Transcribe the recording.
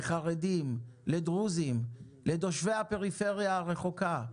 לערבים, לחרדים, לדרוזים, לתושבי הפריפריה הרחוקה.